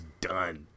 done